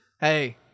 Hey